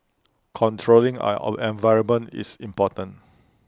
controlling our environment is important